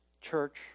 Church